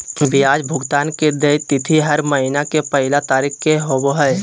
ब्याज भुगतान के देय तिथि हर महीना के पहला तारीख़ के होबो हइ